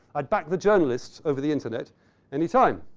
i'd bag the journalists over the internet any time.